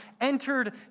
entered